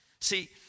See